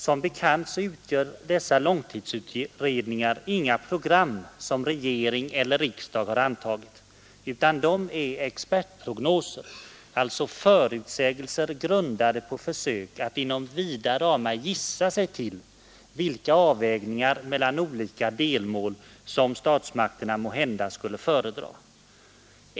Som bekant utgör dessa långtidsutredningar inga program som regering eller riksdag har antagit, utan de är expertprognoser, alltså förutsägelser grundade på försök att inom vida ramar gissa sig till vilka avvägningar mellan olika delmål som statsmakterna måhända skulle föredra.